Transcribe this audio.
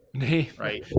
right